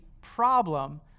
problem